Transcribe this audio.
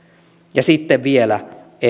ja sitten on vielä